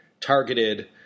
targeted